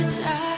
die